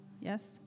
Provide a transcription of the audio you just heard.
Yes